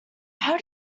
how